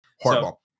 Horrible